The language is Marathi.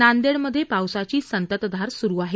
नांदेडमधे पावसाची संततधार स्रु आहे